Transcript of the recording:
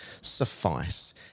suffice